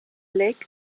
lake